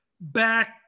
back